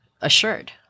assured